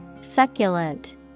Succulent